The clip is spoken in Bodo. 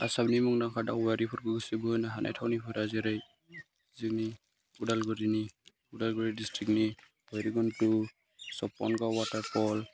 आसामनि मुंदांखा दावबायारिफोरखौ गोसो बोनो हानाय थावनिफोरा जेरै जोंनि उदालगुरि दिस्ट्रिक्टनि भैरुबखुन्द सफनगाव वाथारफल